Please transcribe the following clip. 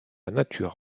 nature